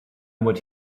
what